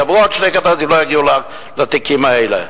יבואו עוד שני קדנציות, לא יגיעו לתיקים האלה.